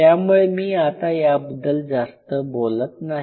त्यामुळे मी आता याबद्दल जास्त बोलत नाही